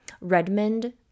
Redmond